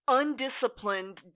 undisciplined